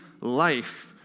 life